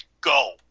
Go